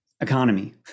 economy